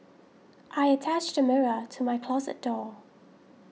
I attached a mirror to my closet door